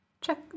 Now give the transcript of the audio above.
Check